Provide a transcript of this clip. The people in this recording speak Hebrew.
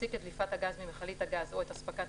יפסיק את דליפת הגז ממכלית הגז או את הספקת